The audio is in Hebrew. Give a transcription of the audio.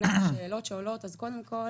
שאלות שעולות, קודם כל